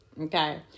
Okay